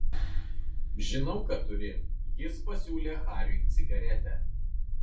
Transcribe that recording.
žinau kad turi jis pasiūlė hariui cigaretę